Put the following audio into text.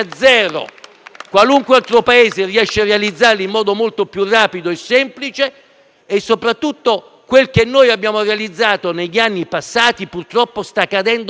qualunque altro Paese riesce a realizzarle in modo molto più rapido e semplice. Soprattutto, quel che abbiamo realizzato negli anni passati purtroppo sta cadendo a pezzi.